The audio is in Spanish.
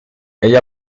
ella